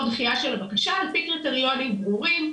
דחייה של הבקשה על פי קריטריונים ברורים,